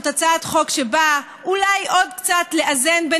זאת הצעת חוק שבאה אולי עוד קצת לאזן את